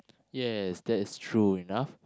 yes that is true enough